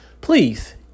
please